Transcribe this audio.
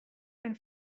and